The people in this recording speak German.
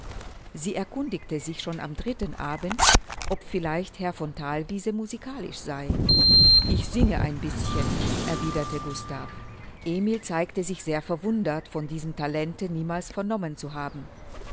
sie erkundigte sich schon am dritten abend ob vielleicht herr von thalwiese musikalisch sei ich singe ein bißchen erwiderte gustav emil zeigte sich sehr verwundert von diesem talente niemals vernommen zu haben